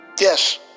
Yes